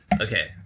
Okay